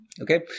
okay